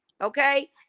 okay